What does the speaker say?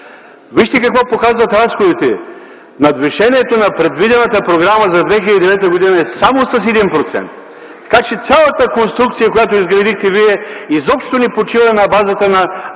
Вижте какво показват разходите – надвишението на предвидената програма за 2009 г. е само с 1%, така че цялата конструкция, която изградихте вие, изобщо не почива на базата на